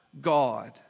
God